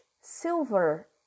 silver